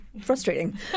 frustrating